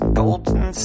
golden